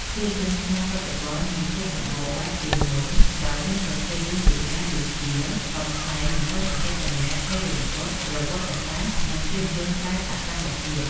ភាពយន្តខ្មែរបច្ចុប្បន្នមានភាពសម្បូរបែបជាងមុន ដោយមានប្រភេទរឿងជាច្រើនដូចជា កំប្លែង មនោសញ្ចេតនា ភ័យរន្ធត់ ប្រវត្តិសាស្ត្រ និងភាពយន្តបែបសកម្មភាព។